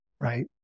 right